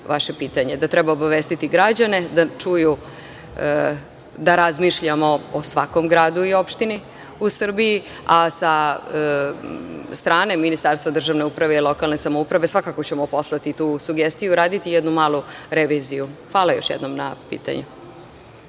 vaše pitanje, da treba obavestiti građane, da čuju da razmišljamo o svakom gradu i opštini u Srbiji, a sa strane Ministarstva državne uprave i lokalne samouprave svakako ćemo poslati tu sugestiju i uraditi jednu malu reviziju. Hvala još jednom na pitanju.